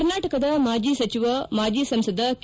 ಕರ್ನಾಟಕದ ಮಾಜಿ ಸಚಿವ ಮಾಜಿ ಸಂಸದ ಕೆ